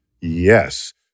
Yes